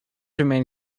remain